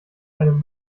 einem